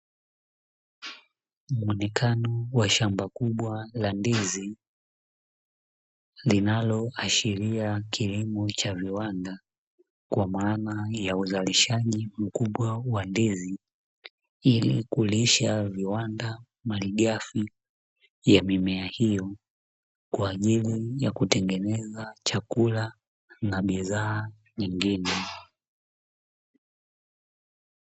Mwonekano wa shamba kubwa la ndizi linaloashiria kilimo cha viwanda, kwa maana ya uzalishaji mkubwa wa ndizi ili kulisha viwanda malighafi ya mimea hiyo, kwa ajili ya kutengeneza chakula na bidhaa nyingine.